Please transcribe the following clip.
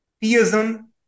Theism